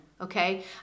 Okay